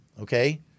okay